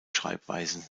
schreibweisen